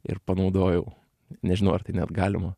ir panaudojau nežinau ar tai net galima